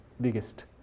biggest